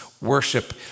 worship